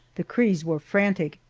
the crees were frantic.